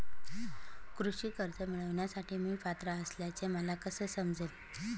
कृषी कर्ज मिळविण्यासाठी मी पात्र असल्याचे मला कसे समजेल?